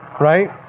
right